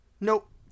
Nope